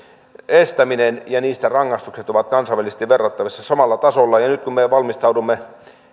estäminen ja niistä rangaistukset ovat kansainvälisesti verrattavissa samalla tasolla nyt kun